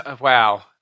wow